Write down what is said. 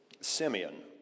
Simeon